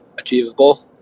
achievable